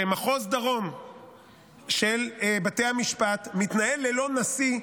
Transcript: שמחוז דרום של בתי המשפט מתנהל ללא נשיא.